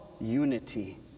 unity